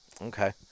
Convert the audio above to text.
okay